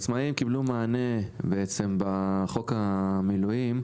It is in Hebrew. העצמאים קיבלו מענה בחוק המילואים